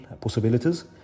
possibilities